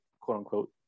quote-unquote